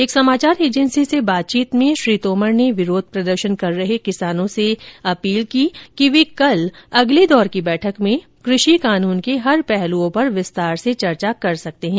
एक समाचार एजेंसी से बातचीत में श्री तोमर ने विरोध प्रदर्शन कर रहे किसानों से अपील की कि वे कल अगले दौर की बैठक में कृषि कानून के हर पहलूओं पर विस्तार से चर्चा कर सकते हैं